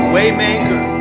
Waymaker